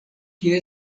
kie